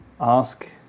ask